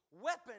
weapon